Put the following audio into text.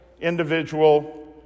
individual